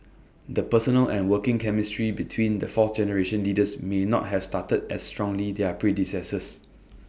the personal and working chemistry between the fourth generation leaders may not have started as strongly their predecessors